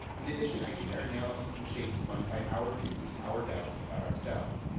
in addition, i think our analysis was shaped as much by our views, our doubts about ourselves,